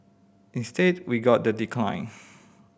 instead we got the decline